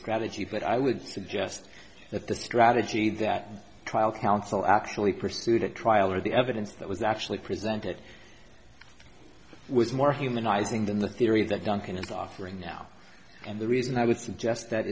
strategy but i would suggest that the strategy that trial counsel actually pursued a trial or the evidence that was actually presented it was more humanizing than the theory that duncan is offering now and the reason i would suggest that